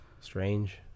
Strange